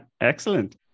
excellent